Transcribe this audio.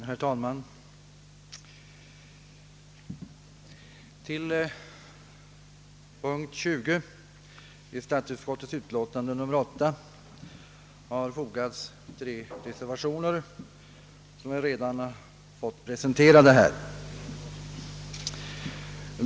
Herr talman! Till punkt 20 i statsutskottets utlåtande nr 8 har fogats tre reservationer, som redan blivit presenterade.